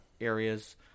areas